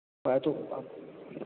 ꯍꯣꯏ